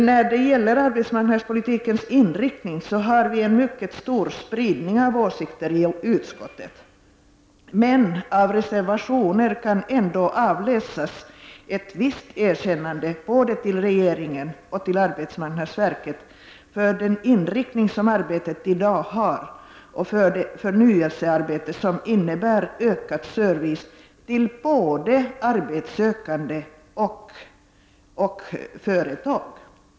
När det gäller arbetsmarknadspolitikens inriktning har vi en mycket stor spridning av åsikter i utskottet, men av en del reservationer kan ändå utläsas ett visst erkännande både till regeringen och till arbetsmarknadsverket för den inriktning som arbetet i dag har och för förnyelsearbetet, som innebär ökad service till både arbetssökande och företag.